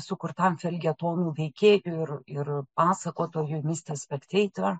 sukurtam feljetonų veikėjui ir ir pasakotojui mister spekteitor